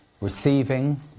receiving